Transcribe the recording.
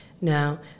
Now